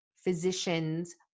physicians